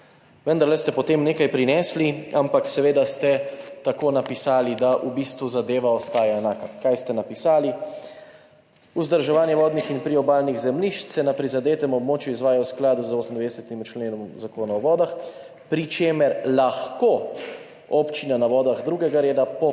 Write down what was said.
Vendarle ste potem nekaj prinesli, ampak seveda ste tako napisali, da v bistvu zadeva ostaja enaka. Kaj ste napisali? »Vzdrževanje vodnih in priobalnih zemljišč se na prizadetem območju izvaja v skladu z 98. členom Zakona o vodah, pri čemer lahko občina na vodah 2. reda po